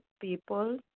people